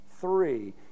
three